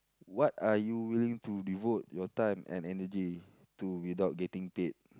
what are you willing to devote your time and energy to without getting paid